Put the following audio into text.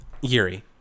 Yuri